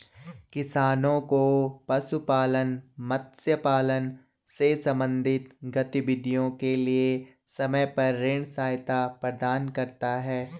किसानों को पशुपालन, मत्स्य पालन से संबंधित गतिविधियों के लिए समय पर ऋण सहायता प्रदान करता है